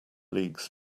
leagues